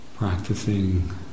Practicing